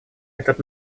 этот